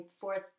fourth